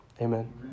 amen